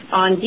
on